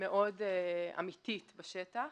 מאוד אמתית בשטח